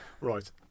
Right